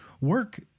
work